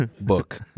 book